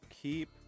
Keep